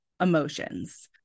emotions